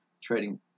trading